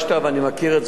ואני מכיר את זה,